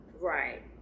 Right